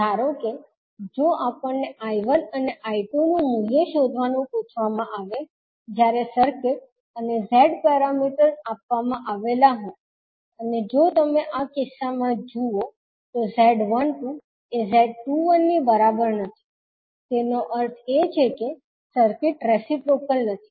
ધારો કે જો આપણને 𝐈1 અને 𝐈2 નું મૂલ્ય શોધવાનુ પુછવામા આવે જ્યારે સર્કિટ અને Z પેરામીટર્સ આપવામાં આવેલા હોય અને જો તમે આ કિસ્સામાં જુઓ તો 𝐳12 એ 𝐳21 ની બરાબર નથી તેથી તેનો અર્થ એ છે કે સર્કિટ રેસીપ્રોકલ નથી